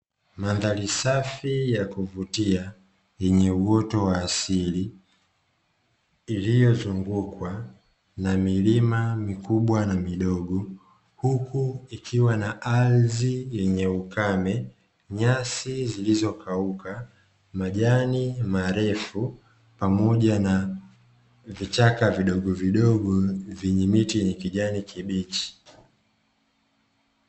mandhari safi ya kuvutia, yenye uoto wa asili iliyozungukwa na milima mikubwa na midogo huku ikiwa na ardhi yenye ukame, nyasi zilizokauka, majani marefu, pamoja na vichaka vidogovidogo vyenye miti ya kijani kibichi.